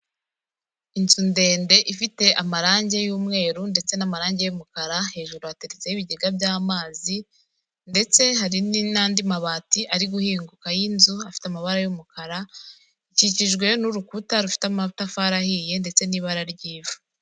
Inzu ndende ifite amarange y'umweru ndetse n'amarange y'umukara, hejuru yateretseho ibigega by'amazi ndetse hari n'andi mabati ari guhinguka y'inzu afite amabara y'umukara, ikikijwe n'urukuta rufite amatafari ahiye ndetse n'ibara ry'ivu.